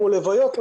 כמו לוויות,